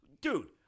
Dude